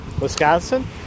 Wisconsin